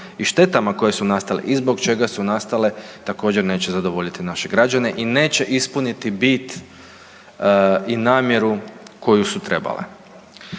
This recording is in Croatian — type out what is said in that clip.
i štetama koje su nastave i zbog čega su nastale također neće zadovoljiti naše građane i neće ispuniti bit i namjeru koju su trebale.